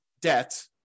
debt